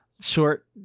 short